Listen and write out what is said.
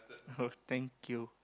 oh thank you